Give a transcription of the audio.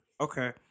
okay